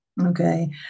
okay